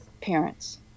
parents